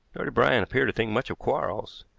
nor did bryant appear to think much of quarles.